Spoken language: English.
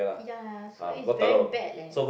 ya so it's very bad leh